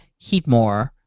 Heatmore